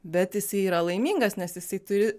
bet jisai yra laimingas nes jisai turi